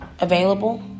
available